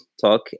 talk